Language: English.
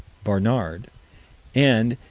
barnard and,